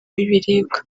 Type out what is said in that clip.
w’ibiribwa